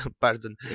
pardon